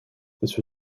this